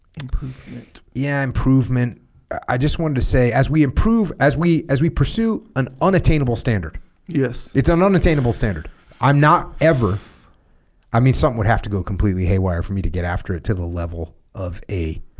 improvement yeah improvement i just wanted to say as we improve as we as we pursue an unattainable standard yes it's an and unattainable standard i'm not ever i mean something would have to go completely haywire for me to get after it to the level of a